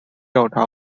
调查